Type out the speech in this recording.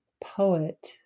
poet